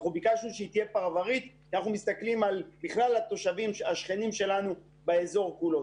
ביקשנו שתהיה פרברית כי אנחנו מסתכלים על השכנים שלנו באזור כולו.